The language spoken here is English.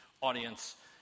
audience